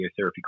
radiotherapy